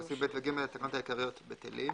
טפסים ב' ו-ג' לתקנות העיקריות בטלים.